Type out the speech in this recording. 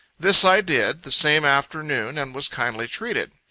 this i did, the same afternoon, and was kindly treated.